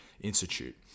Institute